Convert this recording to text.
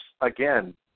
again